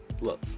Look